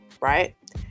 right